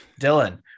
Dylan